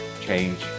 change